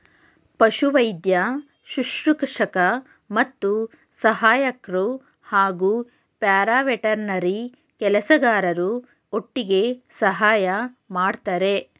ಪಶುವೈದ್ಯ ಶುಶ್ರೂಷಕ ಮತ್ತು ಸಹಾಯಕ್ರು ಹಾಗೂ ಪ್ಯಾರಾವೆಟರ್ನರಿ ಕೆಲಸಗಾರರು ಒಟ್ಟಿಗೆ ಸಹಾಯ ಮಾಡ್ತರೆ